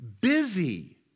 busy